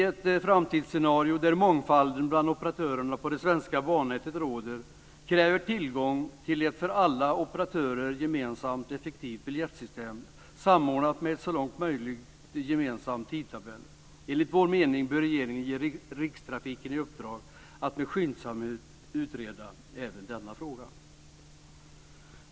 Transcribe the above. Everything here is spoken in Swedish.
Ett framtidsscenario där det råder mångfald bland operatörerna på det svenska bannätet kräver tillgång till ett för alla operatörer gemensamt effektivt biljettsystem, samordnat med en så långt möjligt gemensam tidtabell. Enligt vår mening bör regeringen ge rikstrafiken i uppdrag att med skyndsamhet utreda även denna fråga.